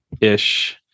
Ish